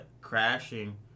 crashing